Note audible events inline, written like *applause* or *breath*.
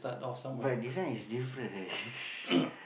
but this one is different already *breath*